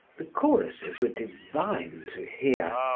the choruses were divine to hear,